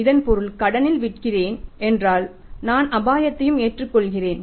இதன் பொருள் கடனில் விற்கிறேன் என்றால் நான் ஆபத்தையும் எடுத்துக்கொள்கிறேன்